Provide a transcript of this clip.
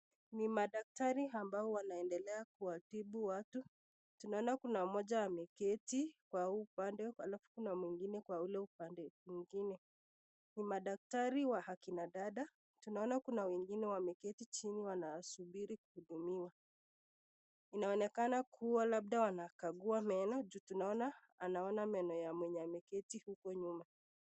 Ni madaktari ambao wanaendelea kuwatibu watu, tunaona kuna moja ameketi kwa huu upande alfu kuna mwingine upande ingine, ni daktari wa akina dada tunaona kuna wengine wameketi chini wanasubiri kuhudumiwa inaonekana kuwa labda wanakakua meno juu tunaona anona meno ya mwenye ameketi uko nyuma.